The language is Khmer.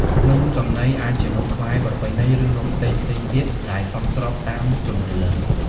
នំចំណី អាចជានំខ្មែរប្រពៃណី ឬនំផ្សេងៗទៀតដែលសមស្របតាមជំនឿ។